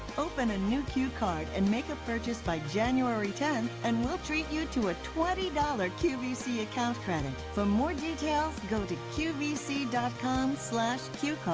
open a new new qcard and make a purchase by january tenth and we'll treat you to a twenty dollars qvc account credit. for more details go to qvc com qcard.